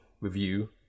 review